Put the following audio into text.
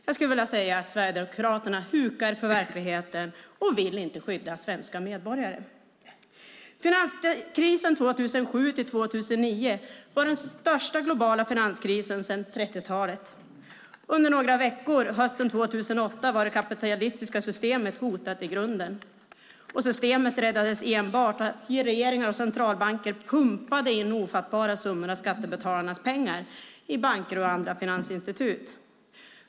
Jag skulle vilja säga: Sverigedemokraterna hukar för verkligheten och vill inte skydda svenska medborgare. Finanskrisen 2007-2009 var den största globala finanskrisen sedan 30-talet. Under några veckor hösten 2008 var det kapitalistiska systemet hotat i grunden. Systemet räddades enbart genom att regeringar och centralbanker pumpade in ofattbara summor av skattebetalarnas pengar i banker och andra finansinstitut.